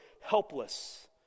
helpless